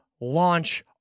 launch